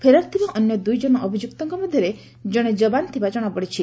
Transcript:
ଫେରାର୍ ଥିବା ଅନ୍ୟ ଦୁଇ ଜଣ ଅଭିଯୁକ୍ତଙ୍କ ମଧରେ ଜଣେ ଯବାନ ଥିବା ଜଶାପଡ଼ିଛି